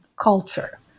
culture